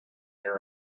there